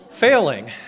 Failing